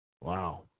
Wow